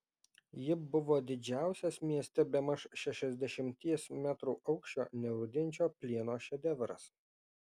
ji buvo didžiausias mieste bemaž šešiasdešimties metrų aukščio nerūdijančio plieno šedevras